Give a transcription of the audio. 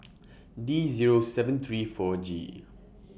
D Zero seven three four G